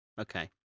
Okay